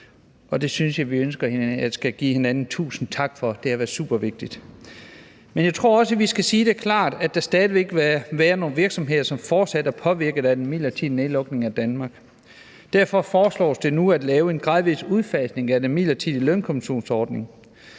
Det synes jeg at vi skal sige hinanden tusind tak for. Det har været super vigtigt. Men jeg tror også, at vi skal sige det klart, at der stadig væk vil være nogle virksomheder, som fortsat vil være påvirket af den midlertidige nedlukning af Danmark. Derfor foreslås det nu at lave en gradvis udfasning af den midlertidige lønkompensationsordning,